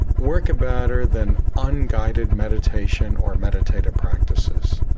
work better than unguided meditation or meditative practices.